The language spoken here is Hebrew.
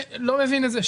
לא מבין את זה.